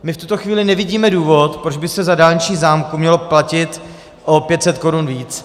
My v tuto chvíli nevidíme důvod, proč by se za dálniční známku mělo platit o 500 korun víc.